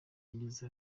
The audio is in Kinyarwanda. yagize